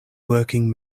working